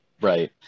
Right